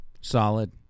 Solid